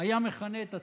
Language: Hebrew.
היה מכנה את עצמו.